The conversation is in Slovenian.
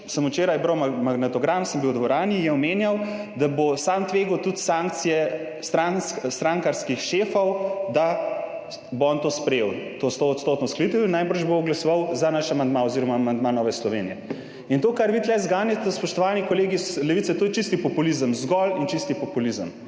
sem bral magnetogram, bil sem v dvorani, ko je omenjal, da bo sam tvegal tudi sankcije strankarskih šefov, da bo on sprejel to 100-odstotno uskladitev, najbrž bo glasoval za naš amandma oziroma amandma Nove Slovenije. In to, kar vi tukaj zganjate, spoštovani kolegi iz Levice, to je čisti populizem, zgolj in čisti populizem.